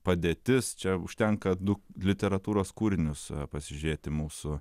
padėtis čia užtenka du literatūros kūrinius pasižiūrėti mūsų